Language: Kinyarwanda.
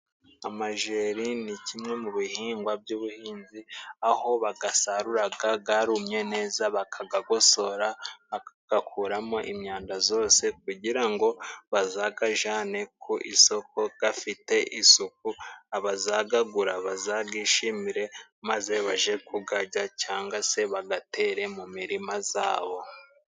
Amajeri ni kimwe mu bihingwa by'ubuhinzi, aho bagasaruraga garumye neza bakagagosora, bakagakuramo imyanda zose, kugira ngo bazagajane ku isoko gafite isuku, abazagagura bazabyishimire maze baje kugarya cyangwa se bagatere mu mirima zabo.